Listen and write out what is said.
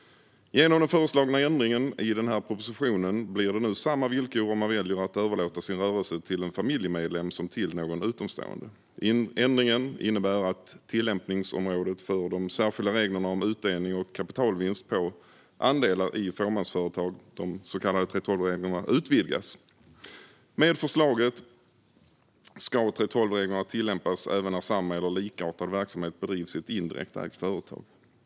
Genom den föreslagna ändringen i denna proposition blir det nu samma villkor om man väljer att överlåta sin rörelse till en familjemedlem som om man gör det till någon utomstående. Ändringen innebär att tillämpningsområdet för de särskilda reglerna om utdelning och kapitalvinst på andelar i fåmansföretag - de så kallade 3:12-reglerna - utvidgas. Med förslaget ska 3:12-reglerna tillämpas även när samma eller likartad verksamhet bedrivs i ett indirekt ägt företag.